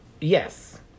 Yes